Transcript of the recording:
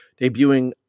debuting